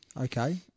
Okay